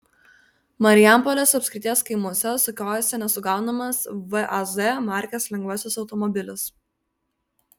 marijampolės apskrities kaimuose sukiojasi nesugaunamas vaz markės lengvasis automobilis